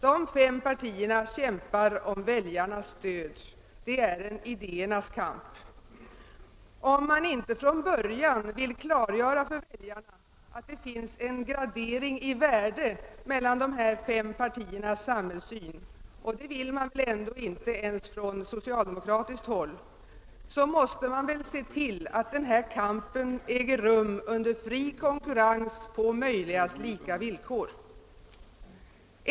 Dessa fem partier kämpar om väljarnas stöd; det är en idéernas kamp. Om man inte från början vill klargöra för väljarna att det finns en : värdegradering mellan dessa fem partiers samhällssyn — och det vill man väl ändå inte ens från socialdemokratiskt håll — måste man se till att kampen äger rum under fri konkurrens på så likartade villkor som möjligt.